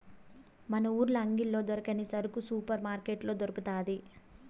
మన ఊర్ల అంగిల్లో దొరకని సరుకు సూపర్ మార్కట్లో దొరకతాది